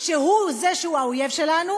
שהוא זה שהוא האויב שלנו?